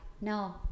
No